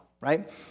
right